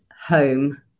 home